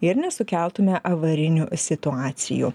ir nesukeltume avarinių situacijų